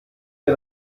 mir